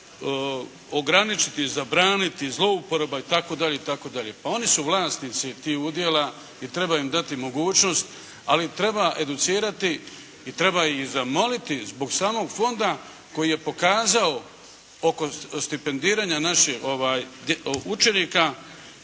ograničiti, zabraniti, zlouporaba itd. Pa oni su vlasnici tih udjela i treba im dati mogućnost. Ali treba educirati i treba ih zamoliti zbog samog fonda koji je pokazao oko stipendiranja naših učenika,